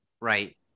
Right